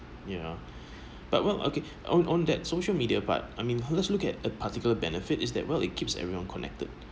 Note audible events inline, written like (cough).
yeah (breath) but well okay on on that social media but I mean let's look at a particular benefit is that well it keeps everyone connected